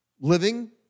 living